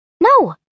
no